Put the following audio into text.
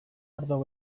ardo